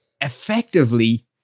effectively